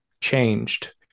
changed